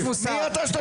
מי אתה שתטיף לי מוסר?